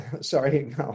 sorry